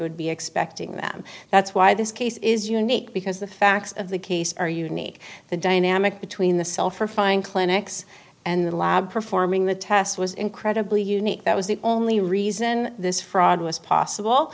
would be expecting them that's why this case is unique because the facts of the case are unique the dynamic between the self or find clinics and the lab performing the test was incredibly unique that was the only reason this fraud was possible